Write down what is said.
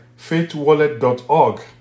faithwallet.org